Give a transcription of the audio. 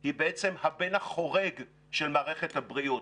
היא בעצם הבן החורג של מערכת הבריאות,